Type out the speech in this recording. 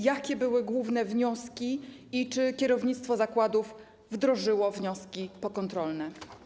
Jakie były główne wnioski i czy kierownictwo zakładów wdrożyło wnioski pokontrolne?